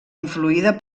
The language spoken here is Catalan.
influïda